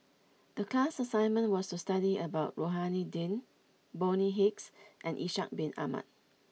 the class assignment was to study about Rohani Din Bonny Hicks and Ishak bin Ahmad